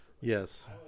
yes